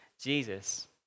Jesus